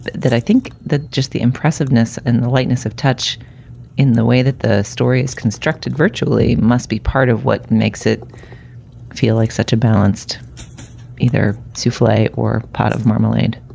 but that i think that just the impressiveness and the lightness of touch in the way that the story is constructed virtually must be part of what makes it feel like such a balanced either souffle or pot of marmalade